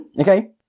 Okay